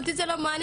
אותי זה לא מעניין,